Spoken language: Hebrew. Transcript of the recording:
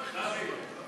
חבר'ה,